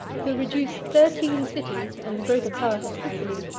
who reduced thirteen cities, and the greater part of sicily,